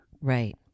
Right